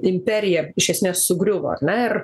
imperija iš esmės sugriuvo ar ne ir